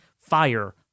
fire